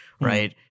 right